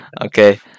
Okay